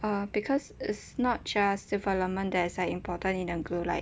uh because it's not just development that is like important in the group like